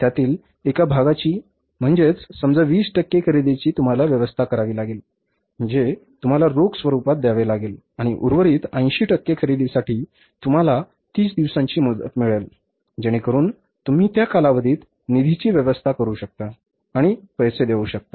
त्यातील एका भागाची म्हणजे समजा 20 टक्के खरेदीची तुम्हाला व्यवस्था करावी लागेल जे तुम्हाला रोख स्वरुपात द्यावे लागेल आणि उर्वरित 80 टक्के खरेदीसाठी तुम्हाला 30 दिवसांची मुदत मिळेल जेणेकरून तुम्ही त्या कालावधीत निधीची व्यवस्था करू शकता आणि पैसे देऊ शकता